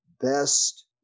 best